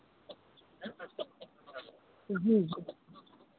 जी जी